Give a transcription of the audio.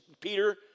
Peter